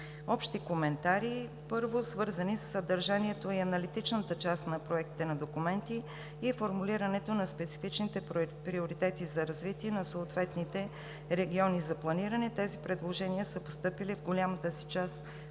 Общи коментари, първо, свързани със съдържанието и аналитичната част на проектите на документи и формулирането на специфичните приоритети за развитие на съответните региони за планиране. Тези предложения са постъпили в голямата си част от